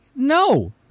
No